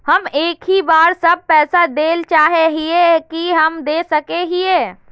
हम एक ही बार सब पैसा देल चाहे हिये की हम दे सके हीये?